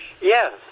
Yes